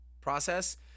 process